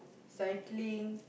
cycling